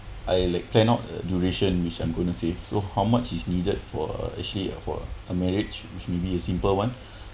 I like plan out the duration which I'm gonna save so how much is needed for a actually for a marriage which maybe a simple one